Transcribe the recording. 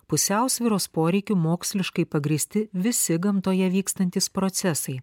pusiausvyros poreikiu moksliškai pagrįsti visi gamtoje vykstantys procesai